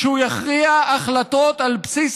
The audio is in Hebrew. שהוא יכריע הכרעות על בסיס,